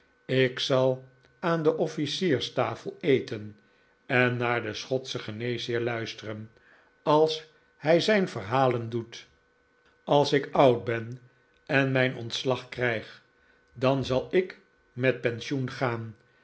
ik zal aan de officierstafel eten en naar den schotschen geneesheer luisteren als hij zijn verhalen doet als ik oud ben en mijn ontslag krijg dan zal ik met pensioen gaan